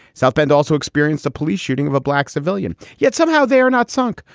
south bend also experienced the police shooting of a black civilian. yet somehow they are not sunk.